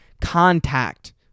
contact